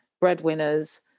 breadwinners